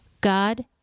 God